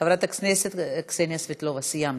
סיימנו.